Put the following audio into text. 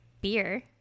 beer